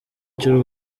cy’u